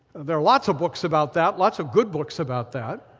there are lots of books about that, lots of good books about that.